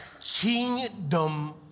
kingdom